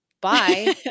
Bye